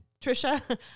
Trisha